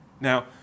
Now